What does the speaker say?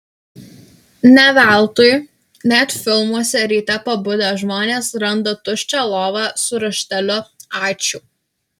ne veltui net filmuose ryte pabudę žmonės randa tuščią lovą su rašteliu ačiū